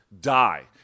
die